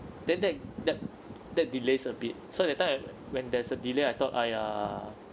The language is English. that that that that delays a bit so that time when there's a delay I thought !aiya!